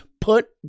put